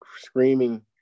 screaming